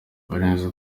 baremeza